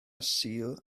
sul